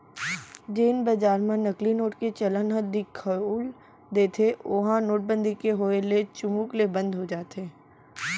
जेन बजार म नकली नोट के चलन ह दिखउल देथे ओहा नोटबंदी के होय ले चुमुक ले बंद हो जाथे